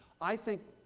i think,